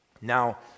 Now